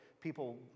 people